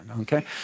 okay